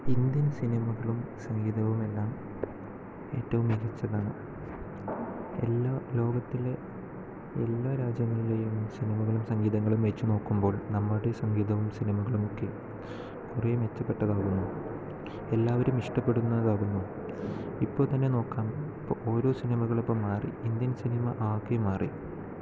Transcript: Indian സിനിമകളും സംഗീതവുമെല്ലാം ഏറ്റവും മികച്ചതാണ് എല്ലാ ലോകത്തിലെ എല്ലാ രാജ്യങ്ങളിലെയും സിനിമകളും സംഗീതങ്ങളും വെച്ചു നോക്കുമ്പോൾ നമ്മളുടെ സംഗീതവും സിനിമകളും ഒക്കെ കുറെ മെച്ചപ്പെട്ടതാകുന്നു എല്ലാവരും ഇഷ്ടപ്പെടുന്നതാകുന്നു ഇപ്പോൾത്തന്നെ നോക്കാം ഓരോ സിനിമകളും ഇപ്പോൾ മാറി ഇന്ത്യൻ സിനിമ ആകെ മാറി